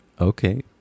okay